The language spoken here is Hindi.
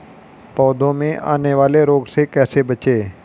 पौधों में आने वाले रोग से कैसे बचें?